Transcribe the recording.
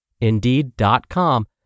Indeed.com